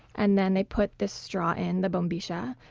and then they put this straw in, the bombilla,